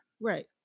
Right